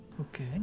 Okay